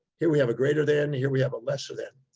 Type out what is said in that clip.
here we have a greater than, here we have a lesser than.